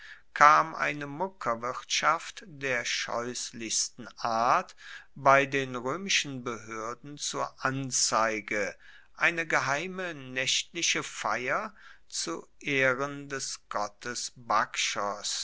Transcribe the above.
kam eine muckerwirtschaft der scheusslichsten art bei den roemischen behoerden zur anzeige eine geheime naechtliche feier zu ehren des gottes bakchos